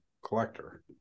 collector